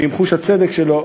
ועם חוש הצדק שלו,